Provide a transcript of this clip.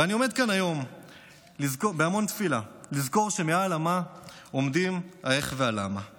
ואני עומד כאן היום בהמון תפילה לזכור שמעל ה"מה" עומד ה"איך" וה"למה";